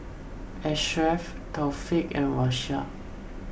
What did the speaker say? Ashraf Taufik and Raisya